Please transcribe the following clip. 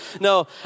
No